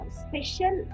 special